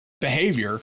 behavior